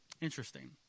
interesting